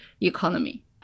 economy